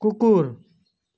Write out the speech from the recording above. कुकुर